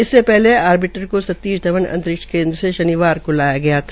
इससे पहले आरबिटर को सतीश ध्वन अंतरिक्ष केन्द्र से शानिवार को लाया गया था